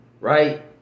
Right